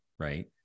Right